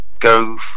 go